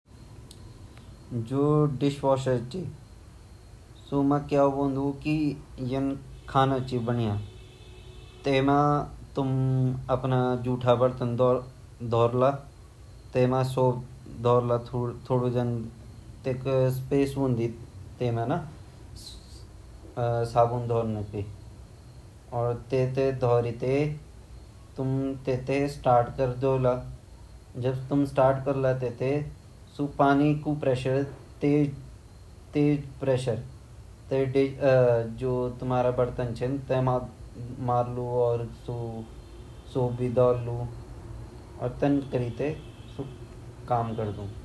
जू हमा बर्तन ध्वांड वाई मशीन ची ऊ भी बिजली द्वारा चलन अर वेमा क्या वोन वेमा भी टीम फिक्स वन अर टाइम फिक्स कणो पहली हामु वे सेलेक्ट कोण पंड की काती टाइम मा हामु काती बर्तन ध्वांड अर वेमा हमा नलका फिट करयु रन अर फिट करयु रन ता हमुन वे नलका ख्वोल दयोंड अर टाइम फिक्स कर दयोंड अर वेमा हमुन सर्फ डाल दयोंडया डिश ध्वांड वाउ साबुन या सर्फ डाल दयोला अर वेमा टाइम फिक्स करके उ ऑन कर दयोला ता जन जन हमा बर्तन वोला ता वे बरतना हिसाब से वन-वन उ धवे के भेर निकल जोला।